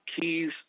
keys